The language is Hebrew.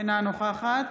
אינה נוכחת